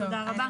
תודה רבה.